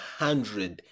hundred